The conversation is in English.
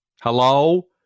Hello